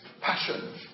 passion